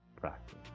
practice